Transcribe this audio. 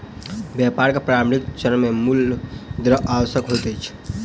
व्यापार के प्रारंभिक चरण मे मूल द्रव्य आवश्यक होइत अछि